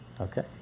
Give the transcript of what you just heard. Okay